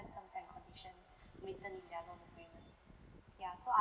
terms and conditions written in their loan agreements ya so